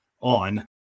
on